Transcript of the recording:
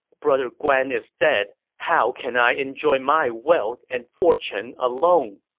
brother guan is dead. how can i enjoy my wealth and fortune alone?